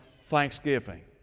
thanksgiving